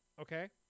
Okay